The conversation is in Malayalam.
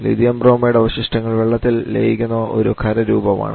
ലിഥിയം ബ്രോമൈഡ് അവശിഷ്ടങ്ങൾ വെള്ളത്തിൽ ലയിക്കുന്ന ഒരു ഖരരൂപമാണ്